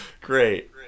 Great